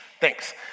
Thanks